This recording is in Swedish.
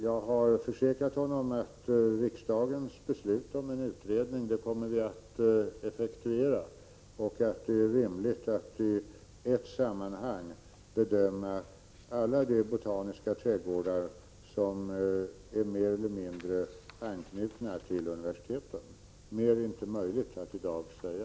Jag har försäkrat honom att riksdagens beslut om en utredning kommer att effektueras och att det är rimligt att i ett sammanhang bedöma alla de botaniska trädgårdar som är mer eller mindre anknutna till universiteten. Mer är inte möjligt att i dag säga.